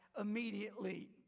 immediately